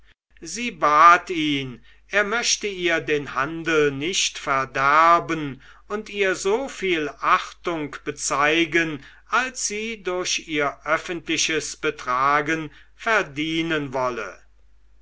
sie bat ihn er möchte ihr den handel nicht verderben und ihr so viel achtung bezeigen als sie durch ihr öffentliches betragen verdienen wolle